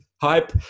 hype